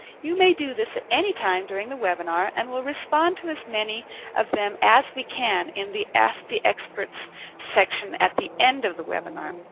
you may do this at any time during the webinar, and we'll respond to as many of them as we can in the ask the experts section at the end of the webinar.